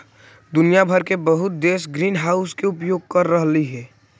दुनिया भर के बहुत देश ग्रीनहाउस के उपयोग कर रहलई हे